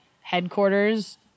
headquarters